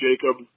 jacob